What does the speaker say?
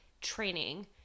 training